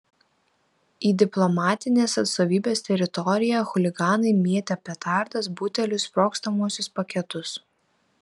į diplomatinės atstovybės teritoriją chuliganai mėtė petardas butelius sprogstamuosius paketus